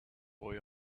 boy